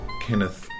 Kenneth